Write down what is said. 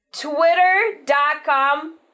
twitter.com